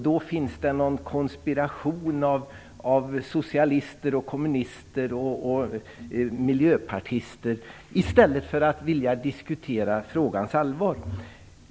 Då talar han om en konspiration av socialister, kommunister och miljöpartister i stället för att vilja diskutera frågans allvar.